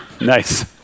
Nice